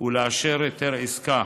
ולאשר היתר עסקה